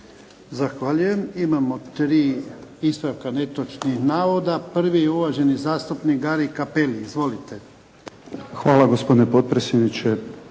Zahvaljujem. Imamo 3 ispravka netočnih navoda. Prvi, uvaženi zastupnik Gari Cappelli. Izvolite. **Cappelli,